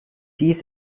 dies